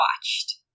watched